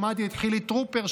שמעתי את חילי טרופר,